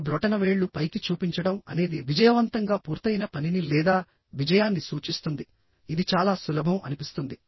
మీ బ్రొటనవేళ్లు పైకి చూపించడం అనేది విజయవంతంగా పూర్తయిన పనిని లేదా విజయాన్ని సూచిస్తుందిఇది చాలా సులభం అనిపిస్తుంది